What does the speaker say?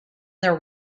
their